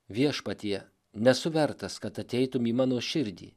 viešpatie nesu vertas kad ateitum į mano širdį